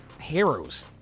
heroes